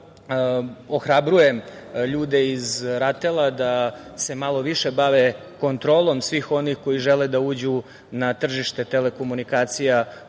da ohrabrujem ljude iz RATEL-a da se malo više bave kontrolom svih onih koji žele da uđu na tržište telekomunikacija